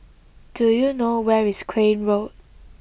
do you know where is Crane Road